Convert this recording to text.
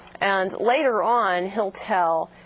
and later on, he'll tell